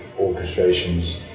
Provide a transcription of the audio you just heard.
orchestrations